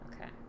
Okay